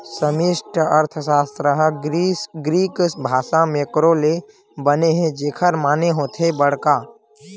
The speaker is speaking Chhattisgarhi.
समस्टि अर्थसास्त्र ह ग्रीक भासा मेंक्रो ले बने हे जेखर माने होथे बड़का